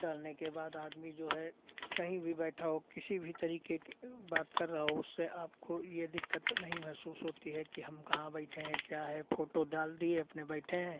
डालने के बाद आदमी जो है कहीं भी बैठा हो किसी भी तरीके की वो बात कर रहा हो उससे आपको ये दिक्कत नहीं महसूस होती है कि हम कहाँ बैठे हैं क्या है फ़ोटो डाल दिए अपने बैठे हैं